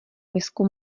misku